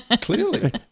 Clearly